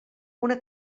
una